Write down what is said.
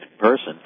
person